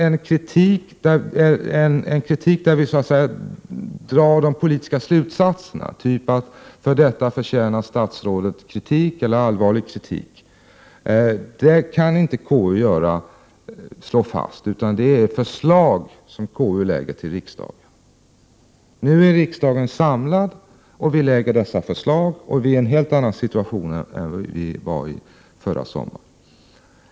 En kritik där vi drar de politiska slutsatserna, t.ex. att för detta förtjänar statsrådet kritik eller allvarlig kritik, kan inte KU slå fast, utan det är förslag som KU lägger fram för riksdagen. Nu är riksdagen samlad, och vi befinner oss i en helt annan situation än förra sommaren.